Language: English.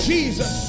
Jesus